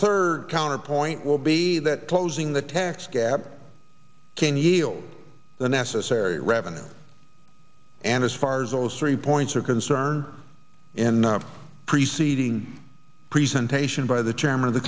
third counterpoint will be that closing the tax gap can yield the necessary revenue and as far as those three points are concerned in the preceding presentation by the chairman of the